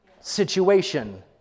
situation